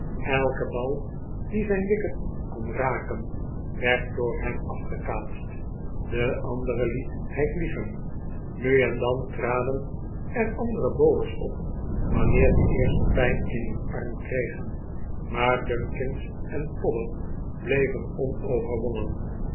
elke bal die zijn wicket kon raken werd door hem afgekaatstf de andere liet hij vliegen nu en dan traden er andere bowlers op wanneer de eerste pijn in hun armen kregen maar dumkins en podder bleven